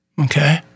Okay